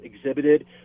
exhibited